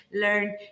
learn